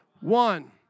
one